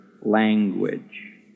language